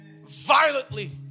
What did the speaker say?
violently